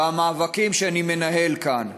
במאבקים שאני מנהל כאן.